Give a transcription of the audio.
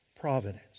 providence